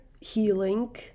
healing